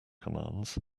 commands